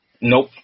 Nope